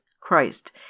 Christ